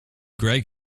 greg